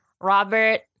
Robert